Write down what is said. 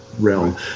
realm